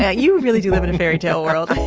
yeah you really do live in a fairytale world.